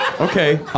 Okay